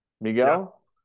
Miguel